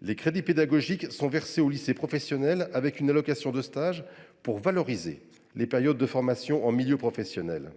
Des crédits pédagogiques sont versés aux lycées professionnels, avec une allocation de stage pour valoriser les périodes de formation en milieu professionnel.